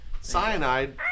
Cyanide